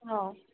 ହଉ